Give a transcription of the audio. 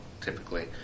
typically